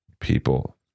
people